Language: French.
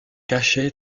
cachée